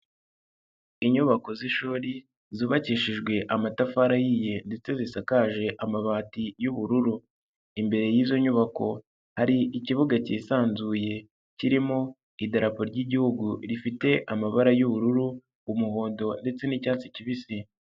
Inyubako z'ishuri zubakishijwe amatafari ahiye ndetse zisakaje amabati y'ubururu, imbere y'izo nyubako, hari ikibuga cyisanzuye kirimo idarabo ry'igihugu, rifite amabara y'ubururu, umuhondo ndetse n'icyatsi kibisi.